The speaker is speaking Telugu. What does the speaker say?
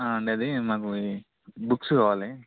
అండి అది మాకు ఇది బుక్స్ కావాలి